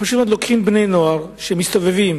פשוט מאוד לוקחים בני נוער שמסתובבים